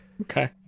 Okay